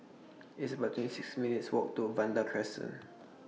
It's about twenty six minutes' Walk to Vanda Crescent